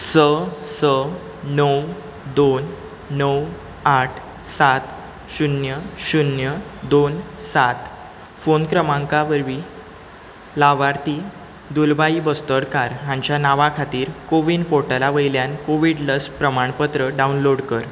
स स णव दोन णव आठ सात शुन्य शुन्य दोन सात फोन क्रमांका वरवी लावार्थी दुलबाई बस्तोडकार हाच्या नांवा खातीर को विन पोर्टला वयल्यान कोवीड लस प्रमाणपत्र डावनलोड कर